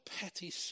petty